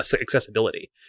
accessibility